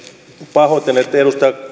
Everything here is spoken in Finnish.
pahoittelen että edustaja